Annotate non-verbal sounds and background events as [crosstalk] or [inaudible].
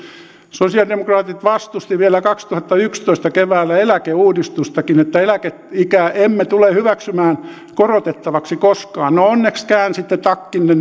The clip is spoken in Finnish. sosialidemokraatit vastustivat vielä kaksituhattayksitoista keväällä eläkeuudistustakin että eläkeikää emme tule hyväksymään korotettavaksi koskaan no onneksi käänsitte takkinne [unintelligible]